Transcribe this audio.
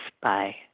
Bye